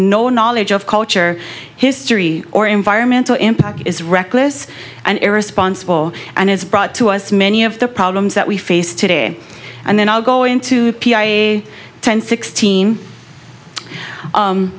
no knowledge of culture history or environmental impact is reckless and irresponsible and has brought to us many of the problems that we face today and then i'll go into a ten sixteen